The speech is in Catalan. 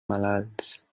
malalts